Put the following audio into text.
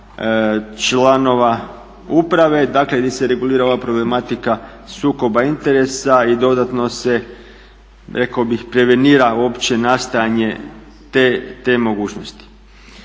članova uprave, dakle gdje se regulirala problematika sukoba interesa i dodatno se, rekao bih prevenira uopće nastajanje te mogućnosti.